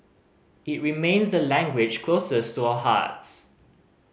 it remains the language closest to a hearts